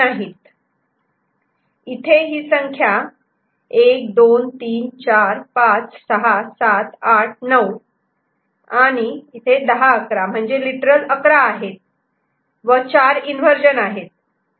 BCD' इथे ही संख्या 123456789 आणि 1011 म्हणजे लिटरल 11 आहेत व 4 इन्वर्जन आहेत